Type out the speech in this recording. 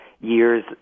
years